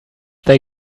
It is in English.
they